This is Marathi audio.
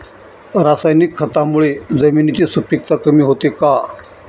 रासायनिक खतांमुळे जमिनीची सुपिकता कमी होते का?